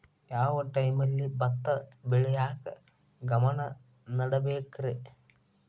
ಯಾವ್ ಟೈಮಲ್ಲಿ ಭತ್ತ ಬೆಳಿಯಾಕ ಗಮನ ನೇಡಬೇಕ್ರೇ?